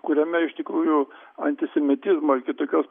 kuriame iš tikrųjų antisemitizmai kitokios